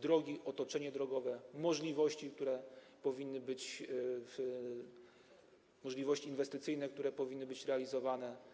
drogi, otoczenie drogowe, możliwości inwestycyjne, które powinny być realizowane.